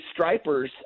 stripers